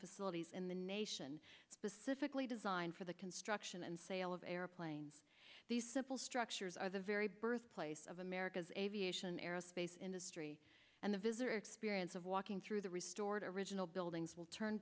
facilities in the nation specifically designed for the construction and sale of airplanes these simple structures are the very birthplace of america's aviation aerospace industry and the visitor experience of walking through the restored original buildings will turn